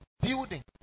Building